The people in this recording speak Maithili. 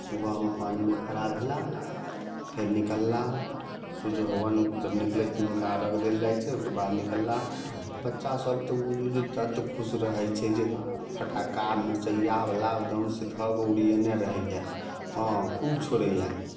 सुबहमे पानिमे खड़ा भेला फेर निकलला सूर्ज भगबान जब निकलैत छथिन हुनका अरघ देल जाइत छै ओकर बाद निकलला बच्चा सब तऽ बूझू जे तत्त खुश रहैत छै जे फटक्का मिरचैयाँ बला एकदम से धऽ के उरिएने रहैए हँ खूब छोड़ैए